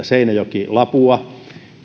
seinäjoki lapua